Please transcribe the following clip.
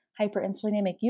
hyperinsulinemic